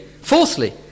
fourthly